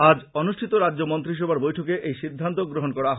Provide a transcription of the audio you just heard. আজ অনুষ্ঠিত রাজ্য মন্ত্রীসভার বৈঠকে এই সিদ্ধান্ত গ্রহন করা হয়